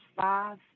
five